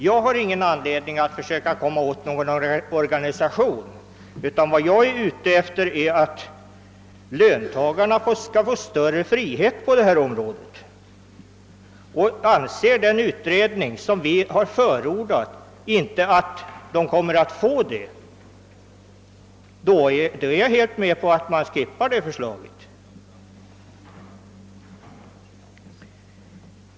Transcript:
Jag har ingen anledning att försöka komma åt någon organisation. Vad jag är ute efter är att löntagarna skall få större frihet på detta område. Om den utredning som vi har förordat inte anser att löntagarna kommer att få detta, är jag helt med på att förslaget får falla.